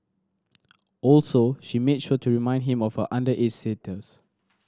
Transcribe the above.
also she made sure to remind him of her underage status